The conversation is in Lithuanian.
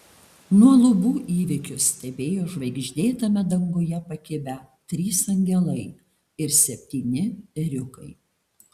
nuo lubų įvykius stebėjo žvaigždėtame danguje pakibę trys angelai ir septyni ėriukai